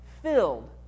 filled